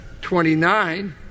Twenty-nine